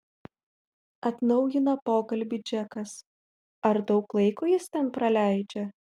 atnaujina pokalbį džekas ar daug laiko jis ten praleidžia